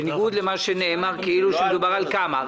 בניגוד למה שנאמר כאילו מדובר על כמה.